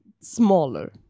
smaller